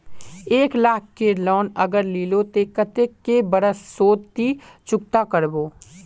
एक लाख केर लोन अगर लिलो ते कतेक कै बरश सोत ती चुकता करबो?